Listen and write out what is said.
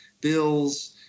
bills